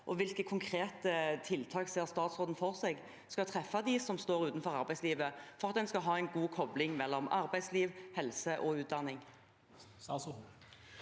Hvilke konkrete tiltak ser statsråden for seg skal treffe dem som står utenfor arbeidslivet, for at en skal ha en god kobling mellom arbeidsliv, helse og utdanning?